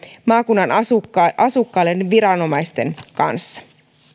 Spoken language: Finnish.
maakunnan asukkaille vaivattomammaksi asioimista viranomaisten kanssa